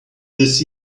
this